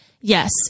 Yes